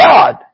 God